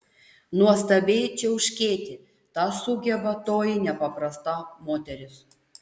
nuostabiai čiauškėti tą sugeba toji nepaprasta moteris